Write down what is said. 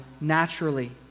naturally